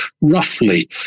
roughly